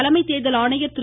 தலைமை தேர்தல் ஆணையர் திரு